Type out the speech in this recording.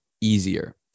easier